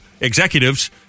executives